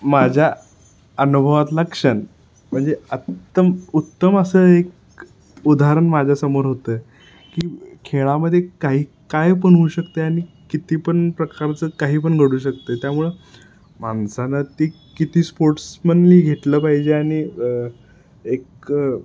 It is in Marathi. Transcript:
माझ्या अनुभवातला क्षण म्हणजे उत्तम उत्तम असं एक उदाहरण माझ्यासमोर होतं की खेळामध्ये काही काय पण होऊ शकतं आहे आणि किती पण प्रकारचं काही पण घडू शकतं आहे त्यामुळं माणसानं ती किती स्पोर्ट्समनली घेतलं पाहिजे आणि एक